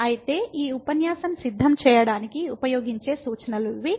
కాబట్టి ఈ ఉపన్యాసం సిద్ధం చేయడానికి ఉపయోగించే సూచనలు ఇవి